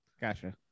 gotcha